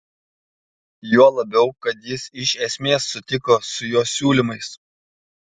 juo labiau kad jis iš esmės sutiko su jo siūlymais